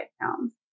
pounds